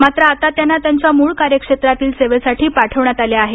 मात्र आता त्यांना त्यांच्या मूळ कार्यक्षेत्रातील सेवेसाठी पाठवण्यात आले आहे